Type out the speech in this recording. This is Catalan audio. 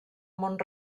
mont